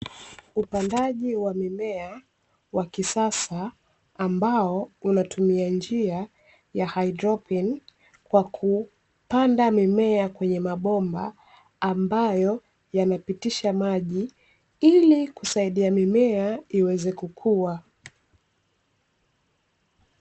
Upandaji wa mimea wa kisasa ambao unatumia njia ya haidropin, kwa kupanda mimea kwenye mabomba ambayo yanapitisha maji ilikusaidia mimea iweze kukua.